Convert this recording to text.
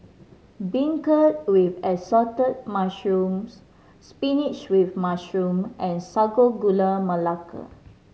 beancurd with Assorted Mushrooms spinach with mushroom and Sago Gula Melaka